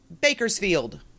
Bakersfield